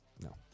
No